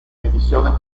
ediciones